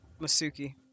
Masuki